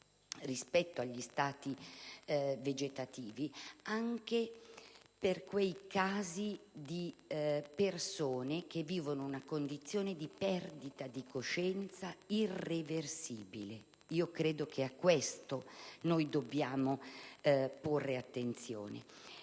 rispetto agli stati vegetativi, di aprire uno spazio anche per quei casi di persone che vivono una condizione di perdita di coscienza irreversibile. A questo noi dobbiamo porre attenzione.